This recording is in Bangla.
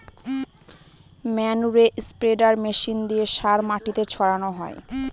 ম্যানুরে স্প্রেডার মেশিন দিয়ে সার মাটিতে ছড়ানো হয়